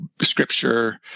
scripture